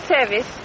service